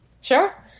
Sure